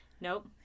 Nope